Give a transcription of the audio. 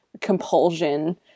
compulsion